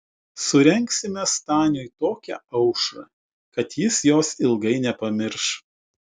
surengsime staniui tokią aušrą kad jis jos ilgai nepamirš